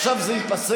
עכשיו זה ייפסק?